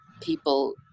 people